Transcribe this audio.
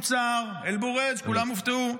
מיוצר, יוצר, אל-בורייג', כולם הופתעו.